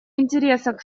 интересах